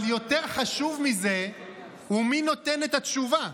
אבל יותר חשוב מזה הוא מי נותן את התשובה,